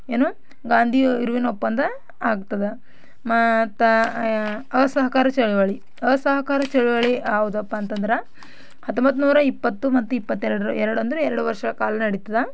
ಏನು ಗಾಂಧಿ ಇವ್ ಇರ್ವಿನ್ ಒಪ್ಪಂದ ಆಗ್ತದೆ ಮತ್ತೆ ಅಸಹಕಾರ ಚಳುವಳಿ ಅಸಹಕಾರ ಚಳುವಳಿ ಯಾವ್ದಪ್ಪ ಅಂತಂದ್ರೆ ಹತ್ತೊಂಬತ್ತು ನೂರ ಇಪ್ಪತ್ತು ಮತ್ತು ಇಪ್ಪತ್ತೆರಡರ ಎರ್ಡೆಂದ್ರೆ ಎರಡು ವರ್ಷಗಳ ಕಾಲ ನಡೀತದೆ